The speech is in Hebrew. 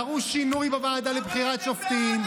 דרוש שינוי בוועדה לבחירת שופטים,